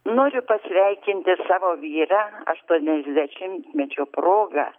noriu pasveikinti savo vyrą aštuoniasdešimtmečio proga